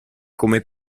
come